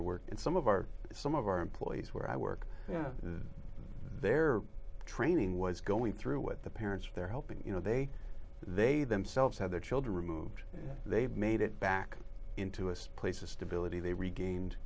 are working and some of our some of our employees where i work they're training was going through with the parents they're helping you know they they themselves had their children removed they've made it back into a place of stability they regained